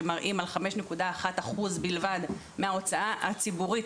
שמראים על 5.1 אחוז בלבד מההוצאה הציבורית